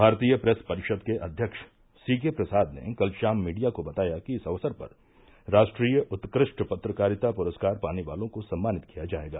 भारतीय प्रेस परिषद के अध्यक्ष सी के प्रसाद ने कल शाम मीडिया को बताया कि इस अवसर पर राष्ट्रीय उत्कृष्ट पत्रकारिता पुरस्कार पाने वालों को सम्मानित किया जाएगा